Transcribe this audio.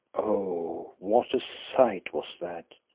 oh! what a sight was that.